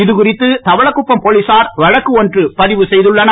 இதுகுறித்து தவளக்குப்பம் போலீசார் வழக்கு ஒன்று பதிவு செய்துள்ளனர்